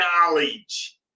knowledge